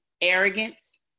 arrogance